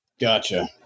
Gotcha